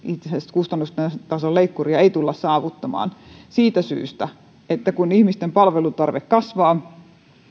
kustannustason leikkuria ei tulla saavuttamaan siitä syystä että kun ihmisten palvelutarve kasvaa